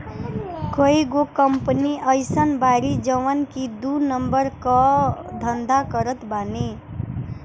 कईगो कंपनी अइसन बाड़ी जवन की दू नंबर कअ धंधा करत बानी